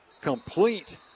complete